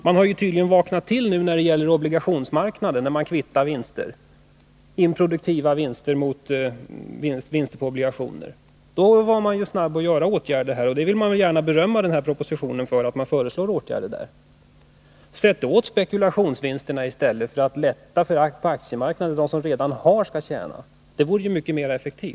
Man har tydligen vaknat till nu när det gäller obligationsmarknaden, där man kvittar improduktiva vinster mot vinster på obligationer. Då var man snabb att vidta åtgärder, och jag vill gärna uttala beröm över att man föreslår åtgärder i propositionen. Sätt åt dem som gör spekulationsvinster i stället för att göra det lättare för dem som redan har att tjäna mera! Det vore betydligt effektivare.